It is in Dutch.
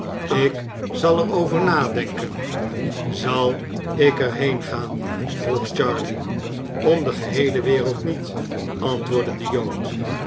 ik zal er over nadenken zal ik er heen gaan vroeg charley om de geheele wereld niet antwoordde de jood